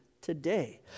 today